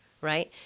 Right